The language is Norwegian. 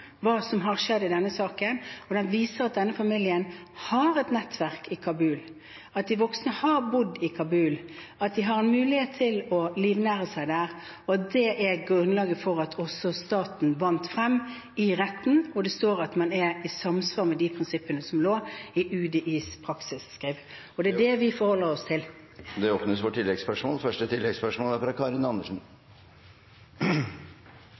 hva som har skjedd i denne saken, og den viser at denne familien har et nettverk i Kabul, at de voksne har bodd i Kabul, og at de har en mulighet til å livnære seg der. Det er grunnlaget for at også staten vant frem i retten, hvor det står at man er i samsvar med de prinsippene som lå i UDIs praksisskriv. Det er det vi forholder oss til. Det